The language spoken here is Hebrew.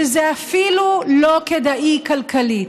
שזה אפילו לא כדאי כלכלית: